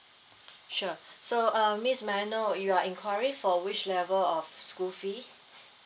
sure so uh miss may I know you are enquiry for which level of school fee